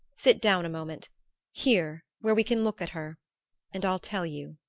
sit down a moment here, where we can look at her and i'll tell you.